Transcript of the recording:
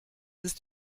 ist